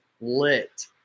Lit